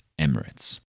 Emirates